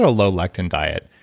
ah low lectin diet.